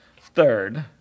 Third